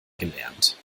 gelernt